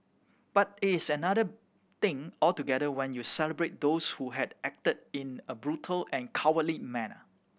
but it is another thing altogether when you celebrate those who had acted in a brutal and cowardly manner